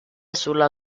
sulla